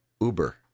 Uber